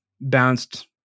bounced